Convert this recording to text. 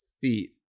feet